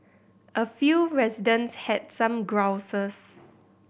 a few residents had some grouses